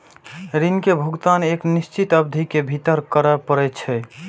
ऋण के भुगतान एक निश्चित अवधि के भीतर करय पड़ै छै